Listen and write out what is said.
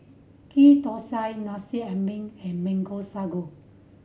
Ghee Thosai Nasi Ambeng and Mango Sago